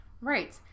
Right